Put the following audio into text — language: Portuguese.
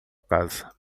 casa